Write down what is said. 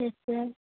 yes sir